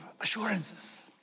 assurances